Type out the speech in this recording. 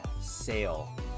sale